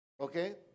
Okay